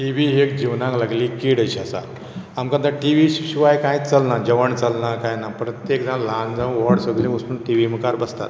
T V एक जिवनाक लागली कीड अशी आसा आमकां आतां टीव्हीचे शिवाय कांयच चलना जेवण चलना कांय ना प्रत्येक जाण ल्हान जावं व्हड सगळीं वचून टी व्ही मुखार बसतात